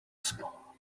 small